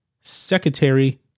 Secretary